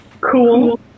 Cool